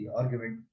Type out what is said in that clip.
argument